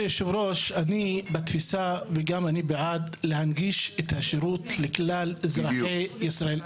אני בעד להנגיש את השירות לכלל אזרחי ישראל.